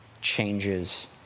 Changes